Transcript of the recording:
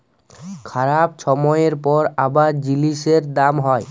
খারাপ ছময়ের পর আবার জিলিসের দাম হ্যয়